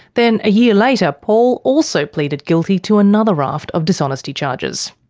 then a year later, paul also pleaded guilty to another raft of dishonesty charges.